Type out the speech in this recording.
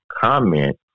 comment